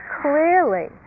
clearly